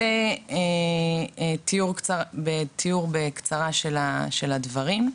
זה תיאור קצר של הדברים.